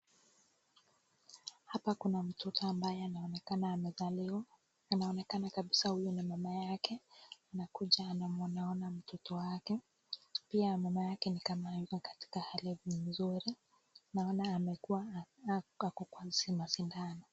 Hapa kuna mtoto ambaye anaonekana amezaliwa. Anaonekana kabisa huyo ni mama yake anakuja anaona mtoto wake. Pia mama yake ni kama yuko katika hali nzuri. Naona amekuwa haku kwa hizi ma sindano.